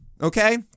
Okay